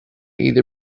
either